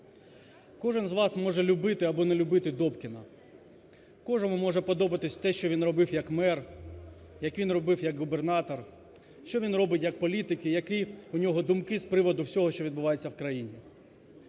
Кожен з вас може любити або не любити Добкіна, кожному може подобатися те, що він робив як мер, як він робив як губернатор, що він робить як політик і які в нього думки з приводу всього, що відбувається в країні.